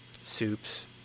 soups